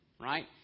right